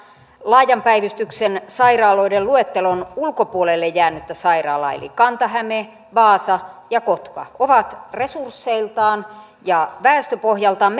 laajan päivystyksen sairaaloiden luettelon ulkopuolelle jäänyttä sairaalaa eli kanta häme vaasa ja kotka ovat resursseiltaan ja väestöpohjaltaan